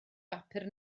bapur